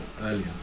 earlier